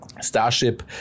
Starship